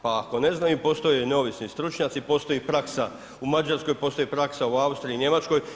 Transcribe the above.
Pa ako ne znaju, postoje neovisni stručnjaci, postoji praksa u Mađarskoj, postoji praksa u Austriji, Njemačkoj.